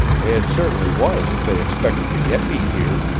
it certainly was if they expected to get me here!